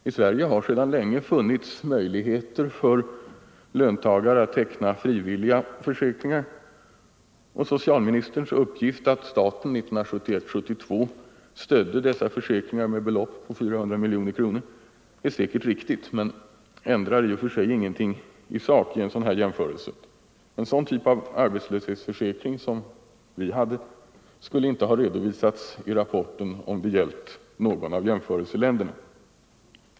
I Sverige har sedan länge funnits möjligheter för löntagare att teckna frivilliga försäkringar, och socialministerns uppgift att staten 1971/72 stödde dessa försäkringar med belopp på 400 miljoner kronor är säkert riktig men ändrar ingenting i sak i en sådan här jämförelse. En sådan typ av arbetslöshetsförsäkring som vi hade skulle inte ha redovisats i rapporten om det gällt någon av jämförelseländerna.